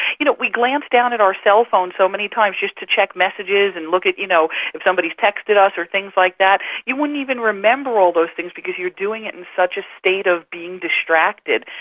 you know, we glance down at our cell phones so many times just to check messages and look you know if somebody has texted us or things like that, you wouldn't even remember all those things because you are doing it in such a state of being distracted,